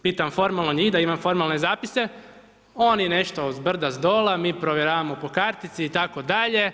Pitam formalno njih, da imam formalne zapise, oni nešto zbrda-zdola, mi provjeravamo po kartici, itd.